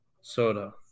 soda